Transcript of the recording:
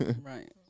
Right